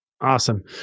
Awesome